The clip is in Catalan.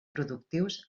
productius